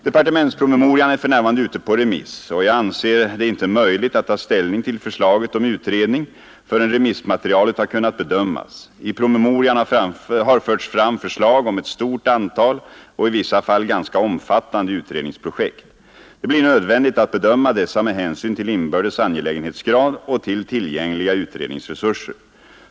Departementspromemorian är för närvarande ute på remiss, och jag anser det inte möjligt att ta ställning till förslaget om utredning förrän remissmaterialet har kunnat bedömas. I promemorian har förts fram förslag om ett stort antal och i vissa fall ganska omfattande utredningsprojekt. Det blir nödvändigt att bedöma dessa med hänsyn till inbördes angelägenhetsgrad och till tillgängliga utredningsresurser.